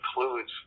includes